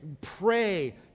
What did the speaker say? pray